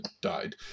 died